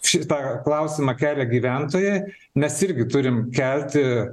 šitą klausimą kelia gyventojai mes irgi turim kelti